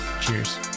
Cheers